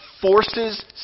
forces